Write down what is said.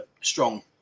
strong